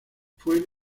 fue